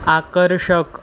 आकर्षक